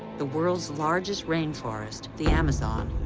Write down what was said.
the world's largest rainforest, the amazon,